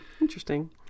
interesting